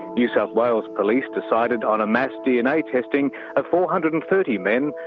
new south wales police decided on a mass dna testing of four hundred and thirty men,